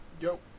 Yo